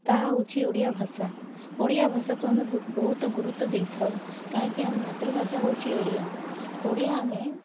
ତାହା ହେଉଛି ଓଡ଼ିଆ ଭାଷା ଓଡ଼ିଆ ଭାଷାକୁ ଆମେ ବହୁତ ଗୁରୁତ୍ୱ ଦେଇଥାଉ କାହିଁକି ଆମ ମାତୃଭାଷା ହେଉଛି ଓଡ଼ିଆ ଓଡ଼ିଆ ଆମେ